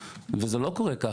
וזה לא קורה כך.